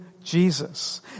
jesus